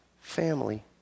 family